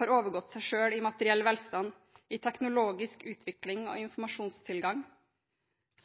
har overgått seg selv i materiell velstand, i teknologisk utvikling og i informasjonstilgang,